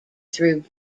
through